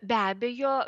be abejo